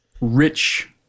rich